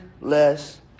less